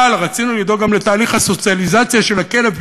אבל רצינו לדאוג גם לתהליך הסוציאליזציה של הכלב,